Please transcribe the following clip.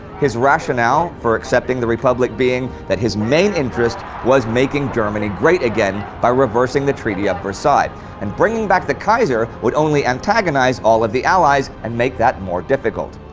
his rationale for accepting the republic being that his main interest was making germany great again by reversing the treaty of versailles and bringing back the kaiser would only antagonize all of the allies and make that more difficult.